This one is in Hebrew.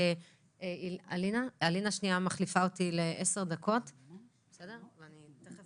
אלינה מחליפה אותי לעשר דקות, אני תכף